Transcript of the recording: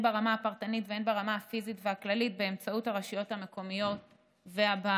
ברמה הפרטנית והן ברמה הפיזית והכללית באמצעות הרשויות המקומיות והבעלות.